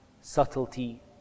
subtlety